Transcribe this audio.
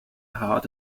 hard